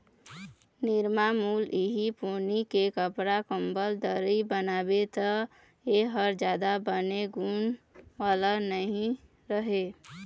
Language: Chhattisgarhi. निरमामुल इहीं पोनी के कपड़ा, कंबल, दरी बनाबे त ए ह जादा बने गुन वाला नइ रहय